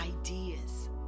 ideas